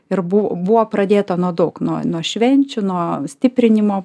ir buv buvo pradėta nuo daug nuo nuo švenčių nuo stiprinimo